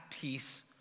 peace